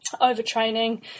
overtraining